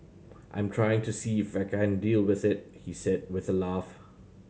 I'm trying to see if I can deal with it he said with a laugh